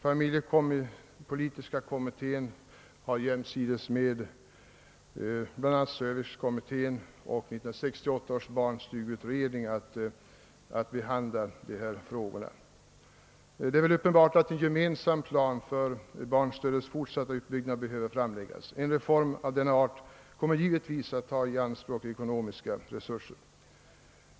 Familjepolitiska kommittén har jämsides med bl.a. servicekommittén och 1968 års barnstugeutredning att behandla dessa frågor. Det är uppenbart att en gemensam plan för barnstödets fortsatta utbyggnad behö ver framläggas. En reform av denna art kommer givetvis att ta ekonomiska resurser i anspråk.